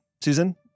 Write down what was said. Susan